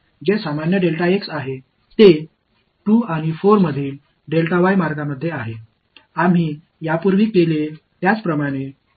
எனவே இப்போது இந்த வெளிப்பாடு 1 மற்றும் 3 ஐ ஒன்றாக பார்ப்போம்